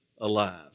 alive